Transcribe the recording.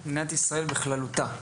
מדינת ישראל בכללותה.